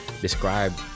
describe